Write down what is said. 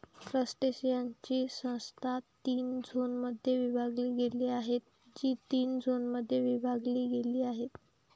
क्रस्टेशियन्सची संस्था तीन झोनमध्ये विभागली गेली आहे, जी तीन झोनमध्ये विभागली गेली आहे